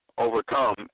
Overcome